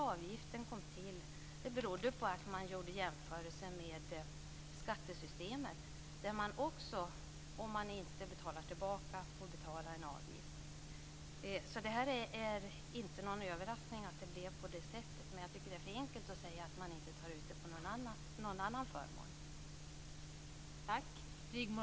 Avgiften kom till beroende på att det görs jämförelser med skattesystemet, och även där tas en avgift ut om en återbetalning inte sker. Det är inte någon överraskning att det har blivit så, men det är för enkelt att säga att detta inte sker med någon annan förmån.